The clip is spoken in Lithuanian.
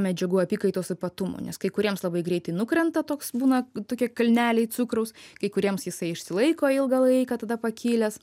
medžiagų apykaitos ypatumų nes kai kuriems labai greitai nukrenta toks būna tokie kalneliai cukraus kai kuriems jisai išsilaiko ilgą laiką tada pakilęs